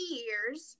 years